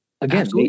again